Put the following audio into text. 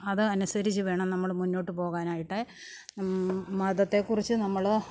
അത് അനുസരിച്ച് വേണം നമ്മൾ മുന്നോട്ട് പോകാനായിട്ട് മതത്തെക്കുറിച്ച് നമ്മൾ